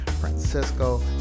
Francisco